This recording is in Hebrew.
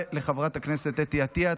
ולחברת הכנסת אתי עטייה.